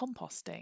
composting